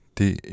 det